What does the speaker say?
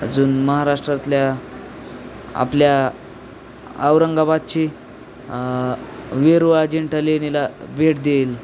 अजून महाराष्ट्रातल्या आपल्या औरंगाबादची वेरूळ अजिंठा लेणीला भेट देईल